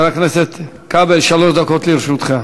חבר הכנסת כבל, שלוש דקות לרשותך.